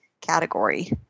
category